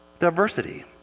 diversity